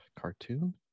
Cartoon